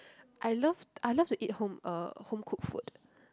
I love I love to eat home uh home cooked food